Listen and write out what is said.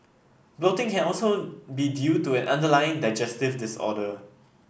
bloating can also be due to an underlying digestive disorder